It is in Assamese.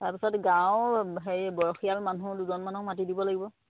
তাৰ পিছত গাঁৱৰ বয়সিয়াল মানুহ দুজনমানক মাতি দিব লাগিব